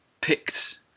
picked